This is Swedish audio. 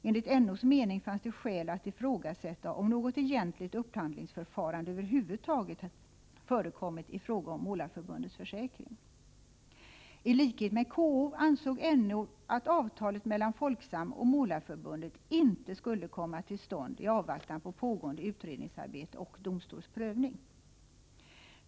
Enligt NO:s mening fanns det skäl att ifrågasätta om något egentligt upphandlingsförfarande över huvud taget förekommit i fråga om Målareförbundets försäkring. Tlikhet med KO ansåg NO att avtalet mellan Folksam och Målareförbundet inte skulle komma till stånd i avvaktan på pågående utredningsarbete och domstols prövning.